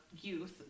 youth